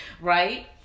right